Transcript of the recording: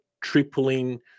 tripling